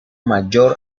mayor